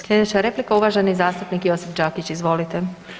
Slijedeća replika uvaženi zastupnik Josip Đakić, izvolite.